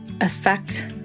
affect